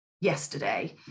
yesterday